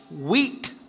wheat